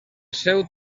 seu